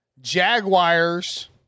Jaguars